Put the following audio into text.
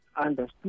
understood